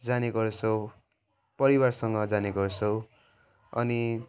जाने गर्छौँ परिवारसँग जाने गर्छौँ अनि